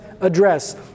address